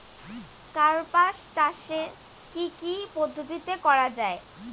কার্পাস চাষ কী কী পদ্ধতিতে করা য়ায়?